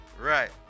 Right